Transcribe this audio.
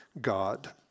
God